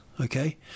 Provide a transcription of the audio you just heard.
okay